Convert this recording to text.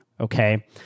Okay